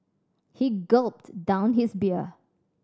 he gulped down his beer